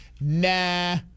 nah